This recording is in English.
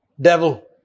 Devil